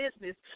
business